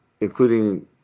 including